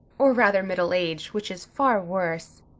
or rather middle-aged, which is far worse,